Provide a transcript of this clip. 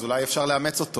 אז אולי אפשר לאמץ אותו,